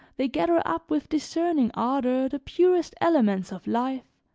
they gather up with discerning ardor the purest elements of life,